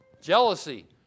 jealousy